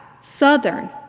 Southern